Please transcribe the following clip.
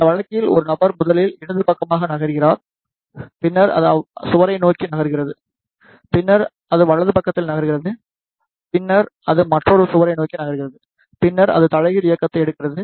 இந்த வழக்கில் ஒரு நபர் முதலில் இடது பக்கமாக நகர்கிறார் பின்னர் அது சுவரை நோக்கி நகர்கிறது பின்னர் அது வலது பக்கத்தில் நகர்கிறது பின்னர் அது மற்றொரு சுவரை நோக்கி நகர்கிறது பின்னர் அது தலைகீழ் இயக்கத்தை எடுக்கிறது